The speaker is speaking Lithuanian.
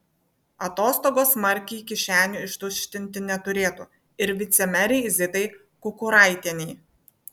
atostogos smarkiai kišenių ištuštinti neturėtų ir vicemerei zitai kukuraitienei